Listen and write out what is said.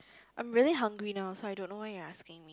I'm really hungry now so I don't know why you're asking me